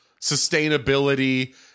sustainability